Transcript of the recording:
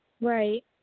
Right